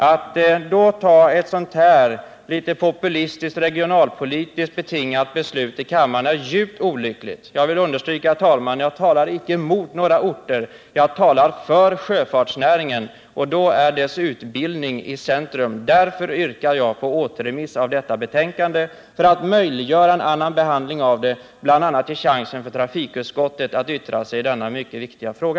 Att då ta ett sådant här litet populistiskt, regionalpolitiskt betingat beslut i kammaren är djupt olyckligt. Jag vill understryka, herr talman, att jag icke talar mor några orter — jag talar för sjöfartsnäringen. Då står dess utbildning i centrum. Därför yrkar jag på återremiss av detta betänkande för att möjliggöra en annan behandling av ärendet och bl.a. ge trafikutskottet chansen att yttra sig i denna mycket viktiga fråga.